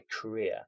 career